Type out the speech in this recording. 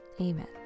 Amen